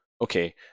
okay